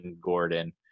Gordon